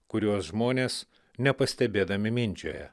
kuriuos žmonės nepastebėdami mindžioja